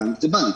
בנק זה בנק.